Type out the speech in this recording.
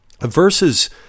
verses